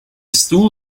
stoel